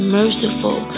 merciful